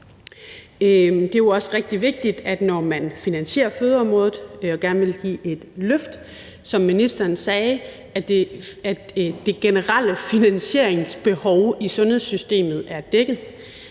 Det er jo også rigtig vigtigt, når man finansierer fødeområdet og gerne vil give et løft, at det generelle finansieringsbehov, som ministeren sagde,